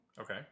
Okay